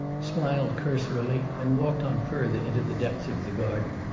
smiled cursorily, and walked on further into the depths of the garden.